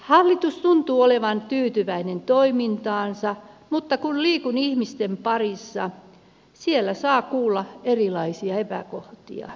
hallitus tuntuu olevan tyytyväinen toimintaansa mutta kun liikun ihmisten parissa siellä saa kuulla erilaisia epäkohtia